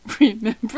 remember